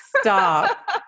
Stop